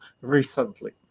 recently